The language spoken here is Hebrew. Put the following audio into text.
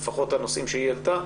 לפחות הנושאים שהיא העלתה,